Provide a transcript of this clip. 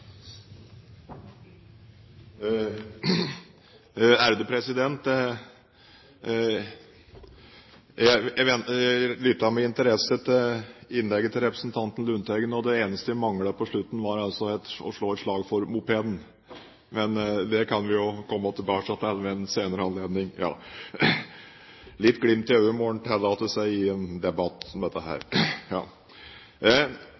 Jeg lyttet med interesse til innlegget til representanten Lundteigen, og det eneste som manglet på slutten var altså å slå et slag for mopeden. Men det kan vi jo komme tilbake til ved en senere anledning. Litt glimt i øyet må en kunne tillate seg i en debatt